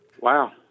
Wow